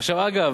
אגב,